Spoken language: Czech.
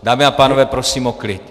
Dámy a pánové, prosím o klid.